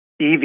EV